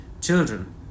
children